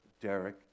Derek